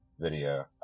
video